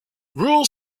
rule